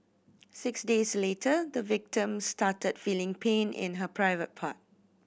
six days later the victim started feeling pain in her private part